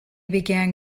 begin